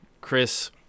Chris